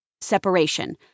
separation